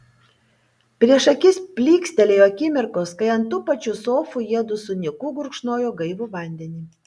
prieš akis plykstelėjo akimirkos kai ant tų pačių sofų jiedu su niku gurkšnojo gaivų vandenį